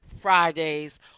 Fridays